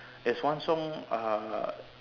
there's one song uh